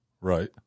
Right